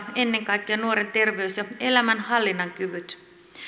ennen kaikkea nuoren terveys ja elämänhallinnan kyvyt